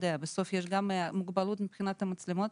בסוף יש גם מוגבלות מבחינת המצלמות.